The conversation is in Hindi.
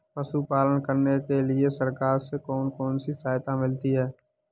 पशु पालन करने के लिए सरकार से कौन कौन सी सहायता मिलती है